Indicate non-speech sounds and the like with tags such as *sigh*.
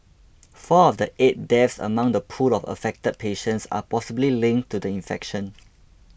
*noise* four of the eight deaths among the pool of affected patients are possibly linked to the infection